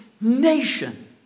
nation